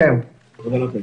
תודה לכם.